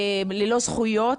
ללא זכויות,